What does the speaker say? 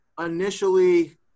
initially